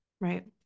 Right